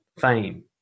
fame